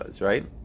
right